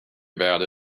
about